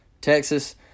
Texas